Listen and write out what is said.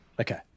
Okay